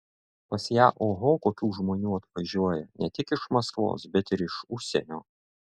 pas ją oho kokių žmonių atvažiuoja ne tik iš maskvos bet ir iš užsienio